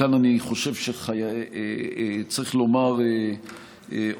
כאן אני חושב שצריך לומר עוד